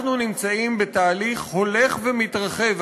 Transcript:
אנחנו נמצאים בתהליך הולך ומתרחב,